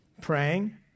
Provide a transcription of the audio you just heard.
praying